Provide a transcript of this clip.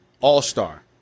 all-star